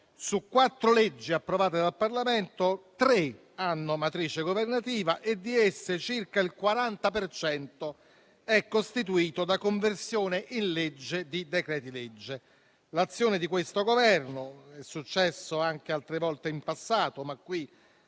Su 4 leggi approvate dal Parlamento, 3 hanno matrice governativa e di esse circa il 40 per cento è costituito da conversione in legge di decreti-legge. L'azione di questo Governo - è successo anche altre volte in passato, ma qui